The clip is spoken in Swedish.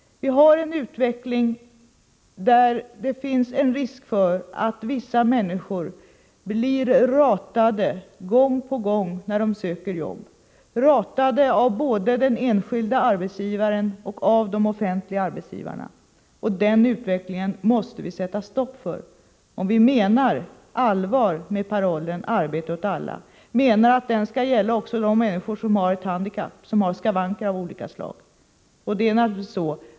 Utvecklingen är sådan att det finns en risk för att vissa människor blir ratade gång på gång när de söker arbete, av både de enskilda och de offentliga arbetsgivarna. Denna utveckling måste vi sätta stopp för, om vi menar allvar med parollen Arbete åt alla, att den skall gälla också de människor som har handikapp eller skavanker av olika slag.